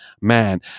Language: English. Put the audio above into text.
man